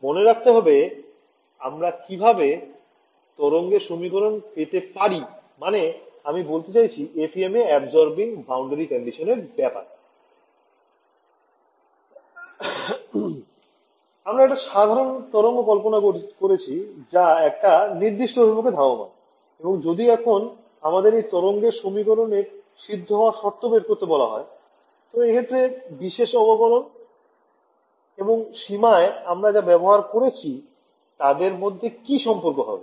মনে রাখতে হবে আমরা কিভাবে তরঙ্গের সমীকরণ পেতে পারি মানে আমি বলতে চাইছি FEM এ absorbing boundary condition এর ব্যপারে আমরা একটা সাধারন তরঙ্গ কল্পনা করেছি যা একটা নির্দিষ্ট অভিমুখে ধাবমান এবং যদি এখন আমাদের এই তরঙ্গের সমীকরণের সিদ্ধ হওয়ার শর্ত বের করতে বলা হয় তবে এক্ষেত্রে বিশেষ অবকলন এবং সীমায় আমরা যা ব্যবহার করেছি তাদের মধ্যে কি সম্পর্ক হবে